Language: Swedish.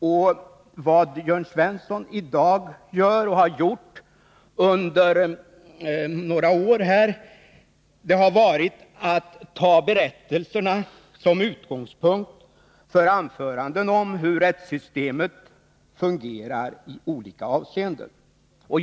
männens verksam Vad Jörn Svensson i dag gör och har gjort under några år är att ta jo; berättelserna som utgångspunkt för anföranden om hur rättssystemet fungerar i olika avseenden.